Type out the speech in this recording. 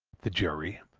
the jury,